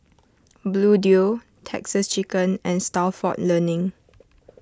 Bluedio Texas Chicken and Stalford Learning